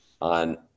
on